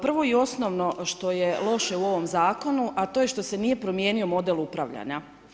Prvo i osnovno što je loše u ovom Zakonu, a to je što se nije promijenio model upravljanja.